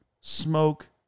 smoke